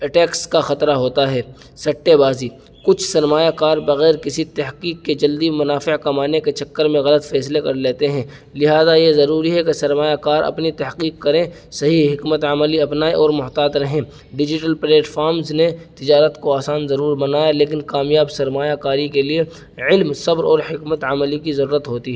attacks کا خطرہ ہوتا ہے سٹّے بازی کچھ سرمایہ کار بغیر کسی تحقیق کے جلدی منافع کمانے کے چکر میں غلط فیصلے کر لیتے ہیں لہٰذا یہ ضروری ہے کہ سرمایہ کار اپنی تحقیق کریں صحیح حکمت عملی اپنائیں اور محتاط رہیں ڈیجیٹل پلیٹفارمز نے تجارت کو آسان ضرور بنایا لیکن کامیاب سرمایہ کاری کے لیے علم صبر اور حکمت عملی کی ضرورت ہوتی